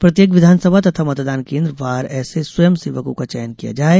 प्रत्येक विधानसभा तथा मतदान केन्द्र वार ऐसे स्वयं सेवकों का चयन किया जाये